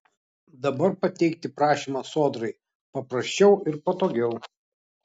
dabar pateikti prašymą sodrai paprasčiau ir patogiau